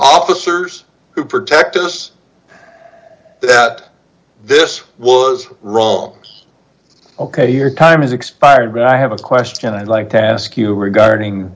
officers who protect us that this was wrong ok your time has expired but i have a question i'd like to ask you regarding